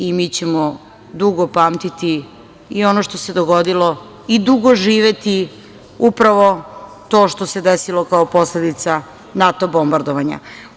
I mi ćemo dugo pamtiti i ono što se dogodilo i dugo živeti upravo to što se desilo kao posledica NATO bombardovanja.